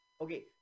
Okay